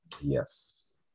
Yes